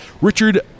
Richard